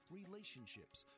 relationships